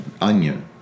onion